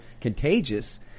contagious